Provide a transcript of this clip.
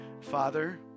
Father